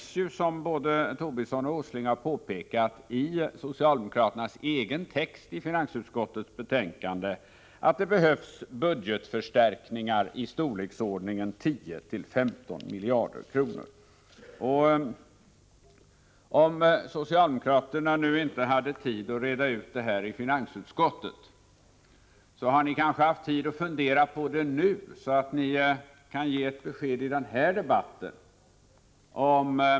Som både Lars Tobisson och Nils Åsling har påpekat, sägs det i socialdemokraternas egen text i finansutskottets betänkande att det behövs budgetförstärkningar i storleksordningen 10-15 miljarder kronor. Om nu socialdemokraterna inte hade tid att reda ut det här i finansutskottet, har ni kanske haft tid att fundera på det nu, så att ni kan ge ett besked i den här debatten.